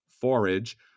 forage